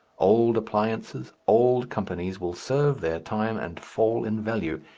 old appliances, old companies, will serve their time and fall in value,